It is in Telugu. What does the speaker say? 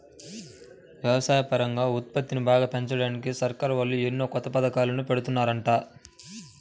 వ్యవసాయపరంగా ఉత్పత్తిని బాగా పెంచడానికి సర్కారోళ్ళు ఎన్నో కొత్త పథకాలను పెడుతున్నారంట